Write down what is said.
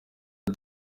ati